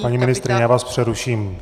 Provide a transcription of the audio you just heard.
Paní ministryně, já vás přeruším.